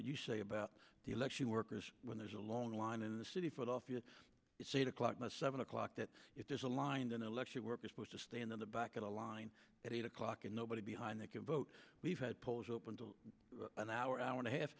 what you say about the election workers when there's a long line in the city for the future it's eight o'clock my seven o'clock that if there's a line to an election worker supposed to stay in the back of the line at eight o'clock and nobody behind that can vote we've had polls open to an hour hour and a half